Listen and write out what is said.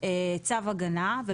צו הגנה.